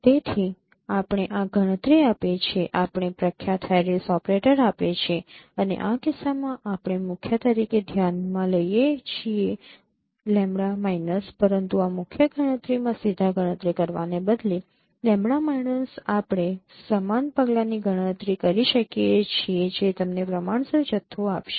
તેથી આપણે આ ગણતરી આપે છે આપણે પ્રખ્યાત હેરિસ ઓપરેટર આપે છે અને આ કિસ્સામાં આપણે મુખ્ય તરીકે ધ્યાનમાં લઈએ છીએ પરંતુ આ મુખ્ય ગણતરીમાં સીધા ગણતરી કરવાને બદલે આપણે સમાન પગલાની ગણતરી કરી શકીએ છીએ જે તમને પ્રમાણસર જથ્થો આપશે